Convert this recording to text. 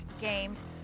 games